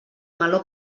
meló